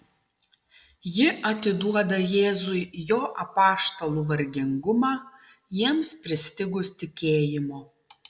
ji atiduoda jėzui jo apaštalų vargingumą jiems pristigus tikėjimo